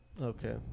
Okay